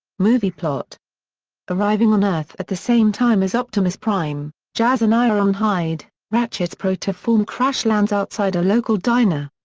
movie plot arriving on earth at the same time as optimus prime, jazz and ironhide, ratchet's protoform crash-lands outside a local diner.